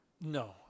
no